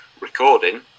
recording